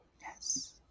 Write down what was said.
Yes